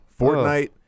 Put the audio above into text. Fortnite